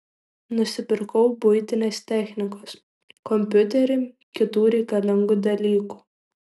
nusipirkau buitinės technikos kompiuterį kitų reikalingų dalykų